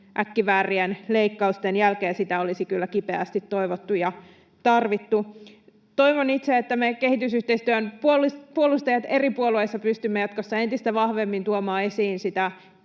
äkkiväärien leikkausten jälkeen sitä olisi kyllä kipeästi toivottu ja tarvittu. Toivon itse, että me kehitysyhteistyön puolustajat eri puolueissa pystymme jatkossa entistä vahvemmin tuomaan esiin sitä